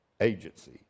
agency